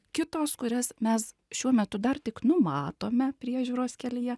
kitos kurias mes šiuo metu dar tik numatome priežiūros kelyje